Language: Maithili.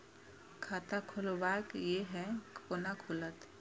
खाता खोलवाक यै है कोना खुलत?